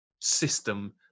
system